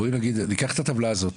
בואי נגיד ניקח את הטבלה הזאת,